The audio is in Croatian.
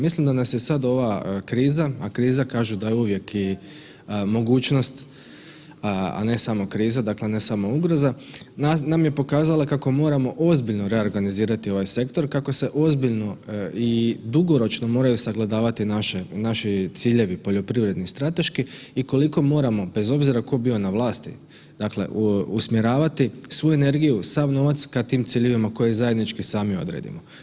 Mislim da nas je sad ova kriza, a kriza kažu da uvijek i mogućnost, a ne samo kriza, dakle ne smo ugroza, nam je pokazala kako moramo ozbiljno reorganizirati ovaj sektor kako se ozbiljno i dugoročno moraju sagledavati naši ciljevi poljoprivredni i strateški i koliko moramo bez obzira tko bio na vlasti, dakle usmjeravati svu energiju, sav novac ka tim ciljevima koje zajednički sami odredimo.